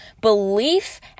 belief